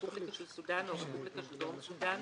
הרפובליקה של סודאן או הרפובליקה של דרום סודאן,